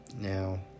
now